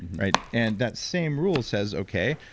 right? and that same rule says, okay,